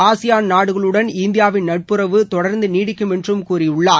ASEAN நாகளுடன் இந்தியாவின் நட்புறவு தொடர்ந்து நீடிக்கும் என்று கூறியுள்ளார்